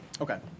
Okay